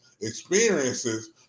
experiences